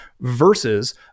versus